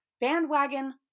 Bandwagon